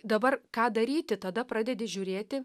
dabar ką daryti tada pradedi žiūrėti